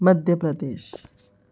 Madhya Pradesh